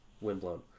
Windblown